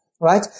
right